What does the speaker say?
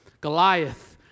Goliath